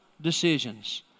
decisions